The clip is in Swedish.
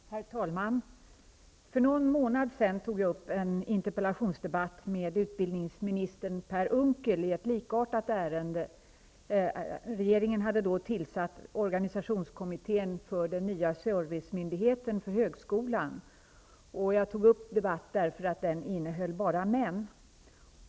Herr talman! För någon månad sedan hade jag en interpellationsdebatt med utbildningsminister Per Unckel i ett likartat ärende. Regeringen hade då tillsatt organisationskommittén för den nya servicemyndigheten för högskolan, och jag tog upp en debatt i frågan eftersom denna kommitté innehöll bara män.